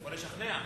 או לשכנע.